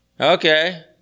Okay